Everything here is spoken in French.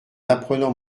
apprenant